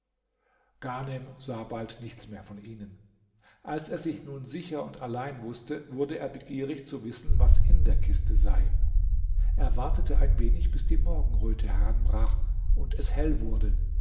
ghanem sah bald nichts mehr von ihnen als er sich nun sicher und allein wußte wurde er begierig zu wissen was in der kiste sei er wartete ein wenig bis die morgenröte heranbrach und es hell wurde